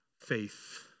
faith